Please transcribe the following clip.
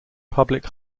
public